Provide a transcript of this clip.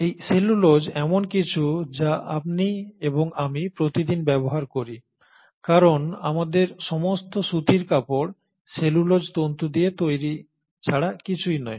এই সেলুলোজ এমন কিছু যা আপনি এবং আমি প্রতিদিন ব্যবহার করি কারণ আমাদের সমস্ত সুতির কাপড় সেলুলোজ তন্তু দিয়ে তৈরি ছাড়া কিছুই নয়